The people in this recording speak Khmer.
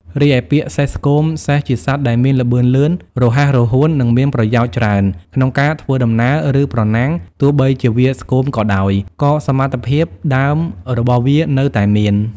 រីឯ ពាក្យ "សេះស្គម" សេះជាសត្វដែលមានល្បឿនលឿន រហ័សរហួន និងមានប្រយោជន៍ច្រើនក្នុងការធ្វើដំណើរ ឬប្រណាំង ទោះបីជាវាស្គមក៏ដោយ ក៏សមត្ថភាពដើមរបស់វានៅតែមាន។